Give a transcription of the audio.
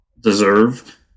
deserve